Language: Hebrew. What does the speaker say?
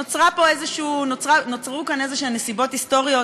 נוצרו כאן איזשהן נסיבות היסטוריות